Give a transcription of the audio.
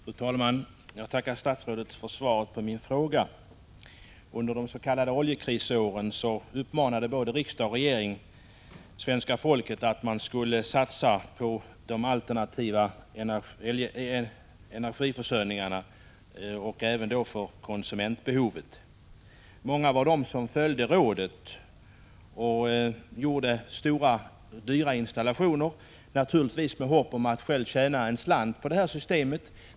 Fru talman! Jag tackar statsrådet för svaret på min fråga. Under de s.k. oljekrisåren uppmanade både riksdag och regering svenska folket att satsa på alternativ elförsörjning — med tanke på bl.a. konsumtionsbehovet. Många följde det här rådet och satsade på stora och dyra installationer, naturligtvis i hopp om att också själva kunna tjäna en slant på det nya systemet.